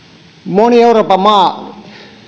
moni euroopan maa